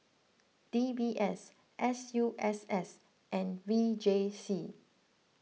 D B S S U S S and V J C